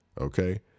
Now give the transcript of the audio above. okay